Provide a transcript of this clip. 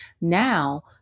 now